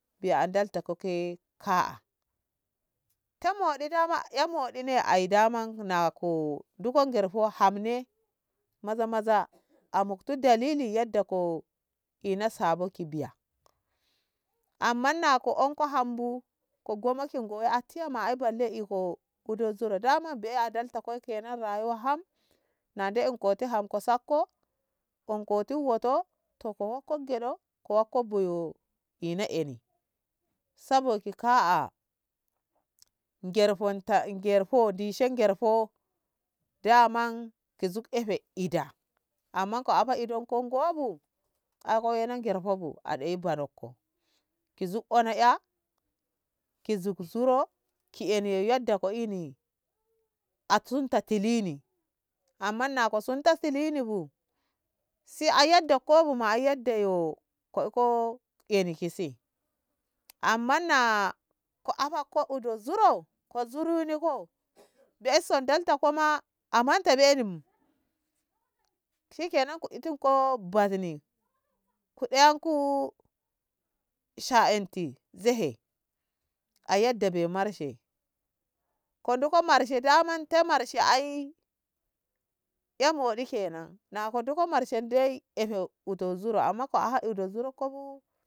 biya a ndalta ko ke ka'a te moɗi yen moɗi ai daman ako ndi ko ngerho ham me maza maza amokti dalili yadda ko ina sabo ki biya amma nako onko ham bu ko ngo maki ki ngo ati ya ma balle ikko udon zuro daman be a ndalta ko ke nan rayuwa ham na de'enkoti hanko sakko honko tin wo'oto to ko wakko geɗau ko wakko buyo ine eli sabo ki ka'a ngerhota ngerho ndishe ngerho damanzug'efe ida amma ko afa idon kon ngobu ai ka wane ngerho bu a ɗai bonakko ku zug onz ƙya ki zug zuru ke ine yadda ko ini a sunta tilini amma na ko sunta tilini bu sai ai yadda ko mu ma yadda ko koi ko eni ki se amma na ko afakko udo zuro ko zuru niko bei son ndaltako ma a menta be'eni bu ki kenan ku utinko bazni ku ɗayanku sha'enti jehe a yadda be marshe ko nduko mar daman te marshe ai e moɗi ke nan nda ko nduko marshe dai efe uto zuru amma ko a udu zuru ko bu.